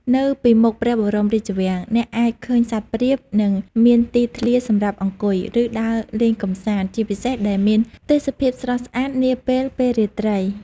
នៅពីមុខព្រះបរមរាជវាំង អ្នកអាចឃើញសត្វព្រាប និងមានទីធ្លាសម្រាប់អង្គុយ ឬដើរលេងកម្សាន្ត ជាពិសេសដែលមានទេសភាពស្រស់ស្អាតនាពេលពេលរាត្រី។